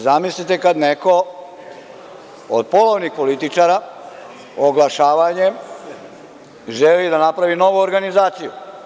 Zamislite kada neko od polovnih političara, oglašavanjem želi da napravi novu organizaciju.